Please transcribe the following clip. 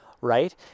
right